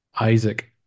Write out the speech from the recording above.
Isaac